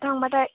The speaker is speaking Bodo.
थांबाथाय